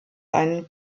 einen